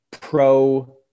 pro